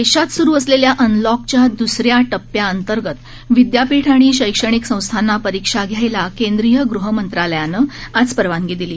देशात स्रु असलेल्या अनलॉकच्या द्दसऱ्या टप्प्याअंतर्गत विद्यापीठ आणि शैक्षणिक संस्थांना परीक्षा घ्यायला केंद्रीय गृहमंत्रालयानं आज परवानगी दिली